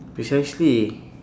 precisely